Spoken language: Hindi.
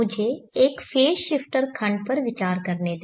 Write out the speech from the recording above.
मुझे एक फेज़ शिफ्टर खंड पर विचार करने दें